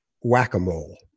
whack-a-mole